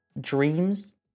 dreams